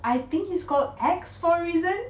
I think he's called ex for a reason